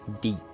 deep